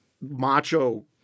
macho